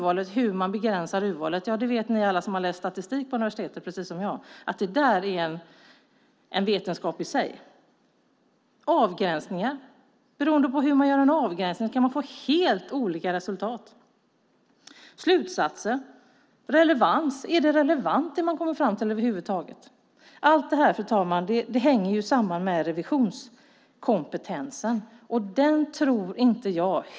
Alla ni som har läst statistik på universitetet precis som jag vet att det är en vetenskap i sig hur man gör urvalet och hur man begränsar det. Beroende på hur man gör en avgränsning kan man få helt olika resultat. Det handlar om slutsatser och relevans. Är det som man kommer fram till över huvud taget relevant? Allt det här, fru talman, hänger samman med revisionskompetensen.